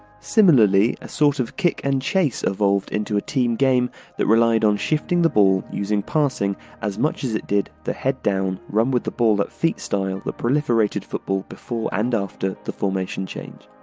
similarly, a sort of kick and chase evolved into a team game that relied on shifting the ball using passing as much as it did the head-down, run with the ball at feet style that proliferated football before and after the formation change.